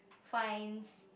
finds